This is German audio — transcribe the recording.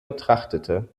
betrachtete